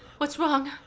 what's wrong?